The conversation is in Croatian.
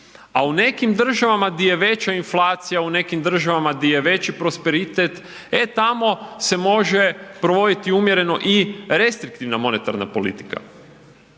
a u nekim državama gdje je veća inflacija, u nekim državama gdje je veći prosperitet, e tamo se može provoditi umjereno i restriktivna monetarna politika.